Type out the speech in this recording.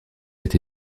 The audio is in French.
été